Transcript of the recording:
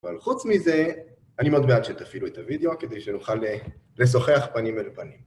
אבל חוץ מזה, אני מאוד בעד שתפעילו את הוידאו כדי שנוכל לשוחח פנים ולפנים.